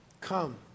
Come